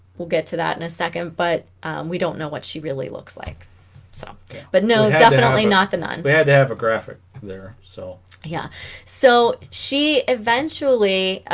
we'll get to that in a second but we don't know what she really looks like so but no definitely not the nun we had to have a graphic there so yeah so she eventually